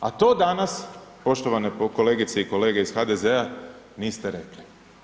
A to danas, poštovane kolegice i kolege iz HDZ-a niste rekli.